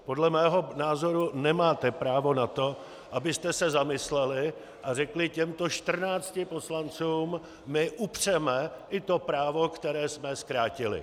Podle mého názoru nemáte právo na to, abyste se zamysleli a řekli těmto čtrnácti poslancům: my upřeme i to právo, které jsme zkrátili.